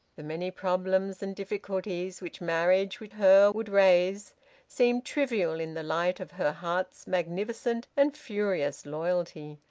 the many problems and difficulties which marriage with her would raise seemed trivial in the light of her heart's magnificent and furious loyalty.